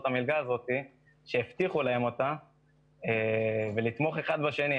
את המלגה הזאת שהובטחה להם ולתמוך אחד בשני,